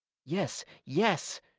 yes, yes!